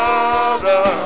Father